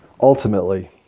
ultimately